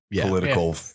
political